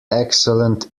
excellent